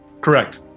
Correct